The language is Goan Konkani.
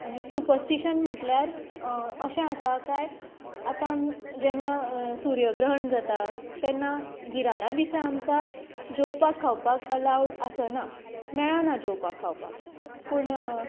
आनी सुपस्टिशन म्हटल्यार अशें आसा कांय आतां जेन्ना सुर्यग्रहण जाता तेन्ना गिराणां दिसा आमकां जेवपाक खावपाक अलावड आसना मेळना जेवपाक खावपाक पूण